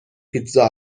پیتزا